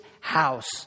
house